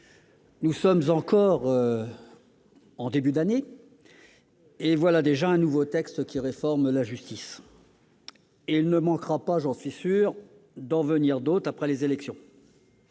nous sommes encore en début d'année et voilà déjà un nouveau texte qui réforme la justice. Et il ne manquera pas d'en venir d'autres après les élections